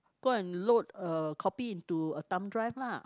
go and load a copy into a thumb drive lah